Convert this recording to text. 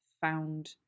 found